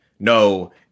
No